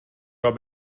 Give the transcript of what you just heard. راه